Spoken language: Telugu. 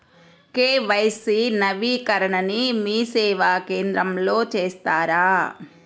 కే.వై.సి నవీకరణని మీసేవా కేంద్రం లో చేస్తారా?